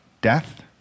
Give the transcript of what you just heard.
death